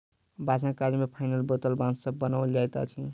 बाँसक काज मे पाइनक बोतल बाँस सॅ बनाओल जाइत अछि